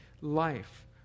life